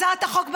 הצעת החוק,